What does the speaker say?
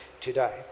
today